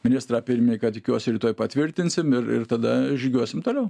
ministrą pirmininką tikiuosi rytoj patvirtinsim ir ir tada žygiuosim toliau